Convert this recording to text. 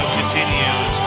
continues